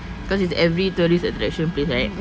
because it's every tourist attraction place right